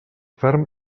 ferm